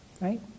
Right